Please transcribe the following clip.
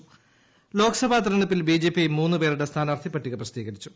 BJP പട്ടിക ലോക സഭാ തെരഞ്ഞെടുപ്പിൽ ബിജെപി മൂന്ന് പേരുടെ സ്ഥാനാർത്ഥി പട്ടിക പ്രസിദ്ധീകരിച്ചു